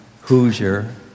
Hoosier